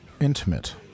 intimate